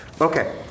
Okay